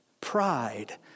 pride